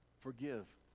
forgive